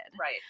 Right